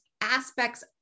aspects